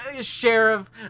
sheriff